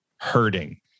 hurting